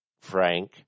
Frank